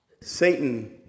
Satan